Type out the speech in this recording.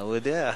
הוא יודע.